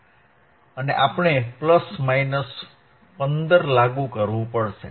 અને આપણે plus minus 15 લાગુ કરવું પડશે